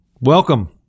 welcome